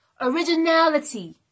originality